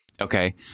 Okay